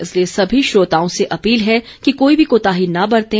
इसलिए सभी श्रोताओं से अपील है कि कोई भी कोताही न बरतें